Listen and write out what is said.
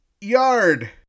Yard